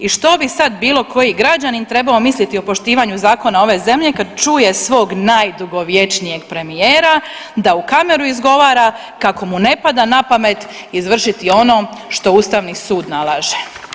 I što bi sad bilo koji građanin trebao misliti o poštivanju zakone one zemlje kad čuje svog najdugovječnijeg premijera da u kameru izgovara kako mu ne pada napamet izvršiti ono što Ustavni sud nalaže.